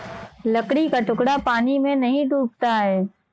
लकड़ी का टुकड़ा पानी में नहीं डूबता है